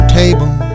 table